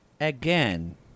again